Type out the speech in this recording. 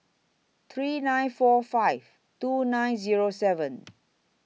three nine four five two nine Zero seven